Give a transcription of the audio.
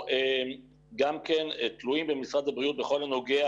אנחנו גם כן תלויים במשרד הבריאות בכל הנוגע